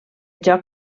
joc